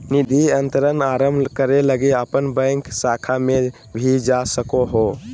निधि अंतरण आरंभ करे लगी अपन बैंक शाखा में भी जा सको हो